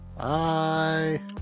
Bye